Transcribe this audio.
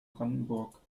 brandenburg